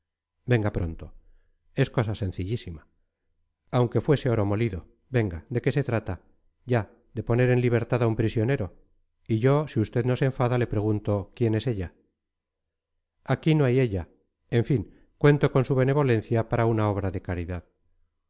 venga pronto es cosa sencillísima aunque fuese oro molido venga de qué se trata ya de poner en libertad a un prisionero y yo si usted no se enfada le pregunto quién es ella aquí no hay ella en fin cuento con su benevolencia para una obra de caridad